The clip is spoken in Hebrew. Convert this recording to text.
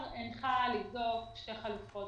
השר הנחה לבדוק שתי חלופות,